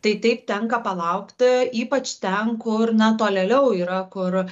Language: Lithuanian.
tai taip tenka palaukt ypač ten kur na tolėliau yra kur